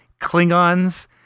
Klingons